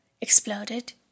exploded